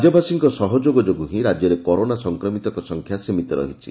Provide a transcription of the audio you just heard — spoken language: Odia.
ରାଜ୍ୟବାସୀଙ୍କ ସହଯୋଗ ଯୋଗୁଁ ହିଁ ରାଜ୍ୟରେ କରୋନା ସଂକ୍ରମିତଙ୍କ ସଂଖ୍ୟା ସୀମିତ ରହିଛି